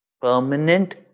permanent